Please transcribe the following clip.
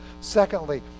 Secondly